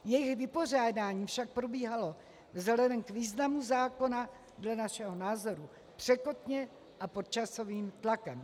Jejich vypořádání však probíhalo vzhledem k významu zákona dle našeho názoru překotně a pod časovým tlakem.